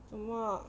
什么